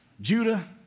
Judah